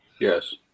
Yes